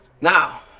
Now